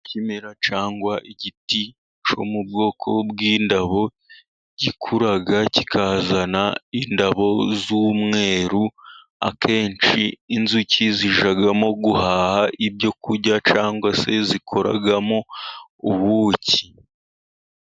Ikimera cyangwa igiti cyo mu bwoko bw'indabo, gikura kikazana indabo z'umweru. Akenshi inzuki zijyamo guhaha ibyo kurya cyangwa se zikoramo ubuki.